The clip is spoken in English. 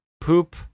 poop